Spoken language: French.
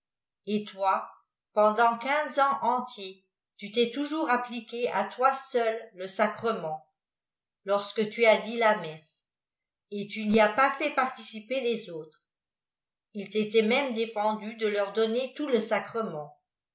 et toi pendant qiiipe ans entiers tu t'es toujours appliqué à toi seul le sacremeit lorsque tu as dit lamessc et tu ny as pas fait participer les autresil t'était lïiême défendu de leur donner tout le sacrement